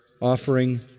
offering